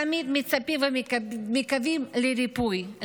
תמיד מצפים ומקווים לריפוי,